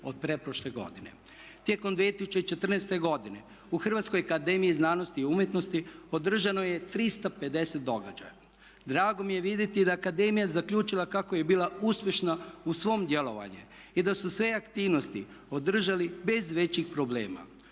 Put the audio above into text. od pretprošle godine. Tijekom 2014. godine u HAZU održano je 350 događaja. Drago mi je vidjeti da je akademija zaključila kako je bila uspješna u svom djelovanju i da su sve aktivnosti održali bez većih problema.